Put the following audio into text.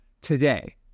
today